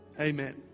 Amen